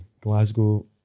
Glasgow